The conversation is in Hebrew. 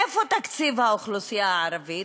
איפה תקציב האוכלוסייה הערבית?